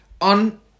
on